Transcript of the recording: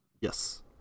Yes